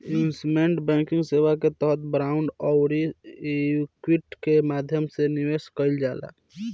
investment banking सेवा के तहत बांड आउरी इक्विटी के माध्यम से निवेश कईल जाला